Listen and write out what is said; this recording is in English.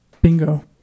Bingo